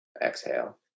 exhale